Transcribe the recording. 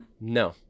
no